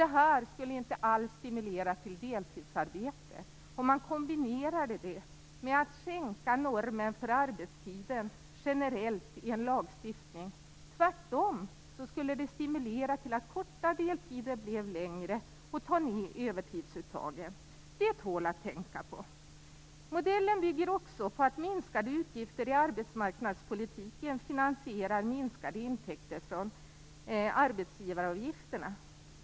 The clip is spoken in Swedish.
Det skulle inte alls stimulera till deltidsarbete om man kombinerade det med att sänka normen för arbetstid generellt i en lagstiftning. Tvärtom skulle det stimulera till att förlänga deltiderna och få ned övertidsuttaget. Det tål att tänka på! Modellen bygger också på att minskade utgifter i arbetsmarknadspolitiken finansierar minskade intäkter från arbetsgivaravgifterna.